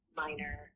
minor